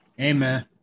Amen